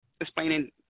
explaining